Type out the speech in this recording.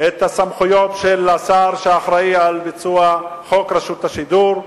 את הסמכויות של השר שאחראי לביצוע חוק רשות השידור,